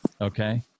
Okay